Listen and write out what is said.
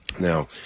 Now